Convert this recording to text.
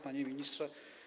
Panie Ministrze!